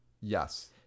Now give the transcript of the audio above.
Yes